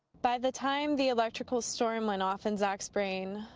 by the time the electrical storm went off in zach's brain,